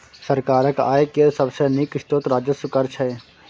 सरकारक आय केर सबसे नीक स्रोत राजस्व कर छै